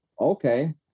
okay